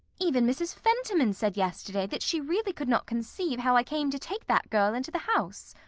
even mrs. fentiman said yesterday that she really could not conceive how i came to take that girl into the house.